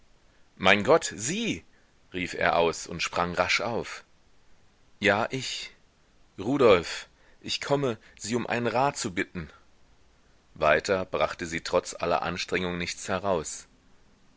mein gott sie rief er aus und sprang rasch auf ja ich rudolf ich komme sie um einen rat zu bitten weiter brachte sie trotz aller anstrengung nichts heraus